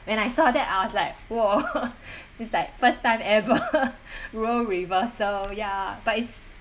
when I saw that I was like !whoa! is like first time ever role reversal ya but is